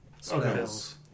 spells